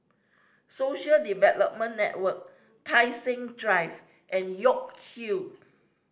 Social Development Network Tai Seng Drive and York Hill